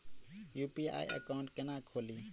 UPI account केना खोलि?